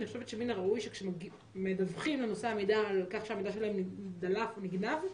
מן הראוי שכשמדווחים לנושא המידע על כך שהמידע שלהם דלף או נגנב,